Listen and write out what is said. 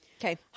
Okay